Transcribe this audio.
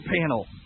panel